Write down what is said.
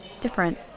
different